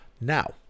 Now